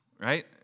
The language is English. right